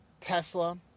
Tesla